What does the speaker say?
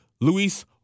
Luis